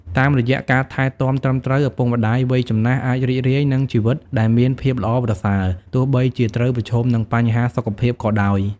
តាមរយៈការថែទាំត្រឹមត្រូវ ឪពុកម្ដាយវ័យចំណាស់អាចរីករាយនឹងជីវិតដែលមានភាពល្អប្រសើរ ទោះបីជាត្រូវប្រឈមនឹងបញ្ហាសុខភាពក៏ដោយ។